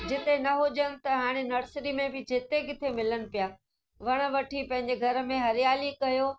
जिते न हुजनि त हाणे नर्सरी में बि जिते किथे मिलनि पिया वण वठी पंहिंजे घर में हरियाली कयो